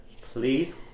please